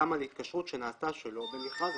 גם על התקשרות שנעשתה שלא במכרז,